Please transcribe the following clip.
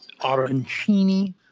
arancini